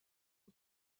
aux